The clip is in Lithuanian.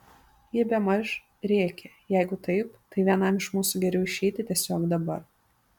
ji bemaž rėkė jeigu taip tai vienam iš mūsų geriau išeiti tiesiog dabar